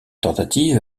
tentative